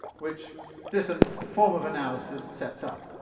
which this and form of analysis sets up.